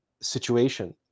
situation